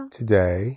today